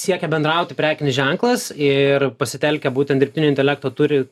siekia bendrauti prekinis ženklas ir pasitelkia būtent dirbtinį intelektą turi